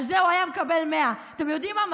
על זה הוא היה מקבל 100. אתם יודעים מה?